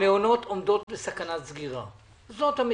המעונות עומדות בסכנת סגירה - זאת המציאות.